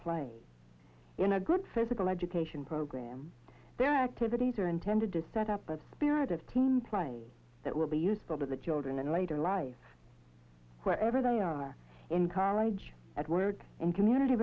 play in a good physical education program their activities are intended to set up a spirit of team play that will be useful to the children in later life wherever they are in college at work and community